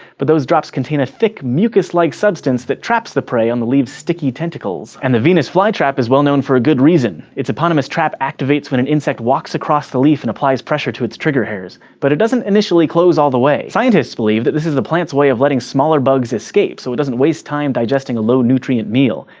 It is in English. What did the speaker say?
but those drops contain a thick mucous-like substance that traps the prey on the leaves' sticky tentacles. and the venus flytrap is well known for a good reason its eponymous trap activates when an insect walks across the leaf and applies pressure to its trigger hairs, but it doesn't initially close all the way. scientists believe that this is the plant's way of letting smaller bugs escape so it doesn't waste time digesting a low nutrient meal.